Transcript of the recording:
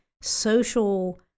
social